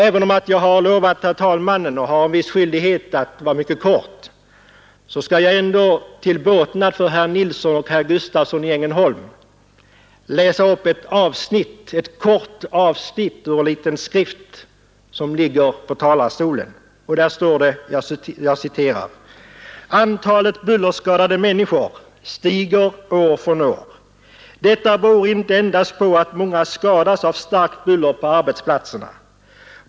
Även om jag har lovat, herr talman, att vara mycket kortfattad och har en viss skyldighet att vara det skall jag till båtnad för herr Nilsson och herr Gustavsson i Ängelholm läsa upp ett kort avsnitt ur en liten skrift som ligger på talarstolen. Där står: ”Antalet bullerskadade människor stiger år från år. Detta beror inte endast på att många skadas av starkt buller på arbetsplatserna.